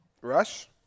Rush